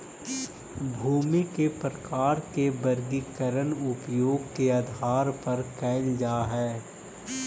भूमि के प्रकार के वर्गीकरण उपयोग के आधार पर कैल जा हइ